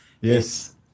yes